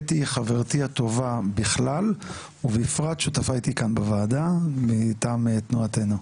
אתי היא חברתי הטובה בכלל ובפרט שותפה איתי כאן בוועדה מטעם תנועתנו.